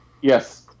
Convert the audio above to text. yes